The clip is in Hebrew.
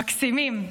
מקסימים.